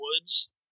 woods